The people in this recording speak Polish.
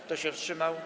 Kto się wstrzymał?